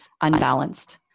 unbalanced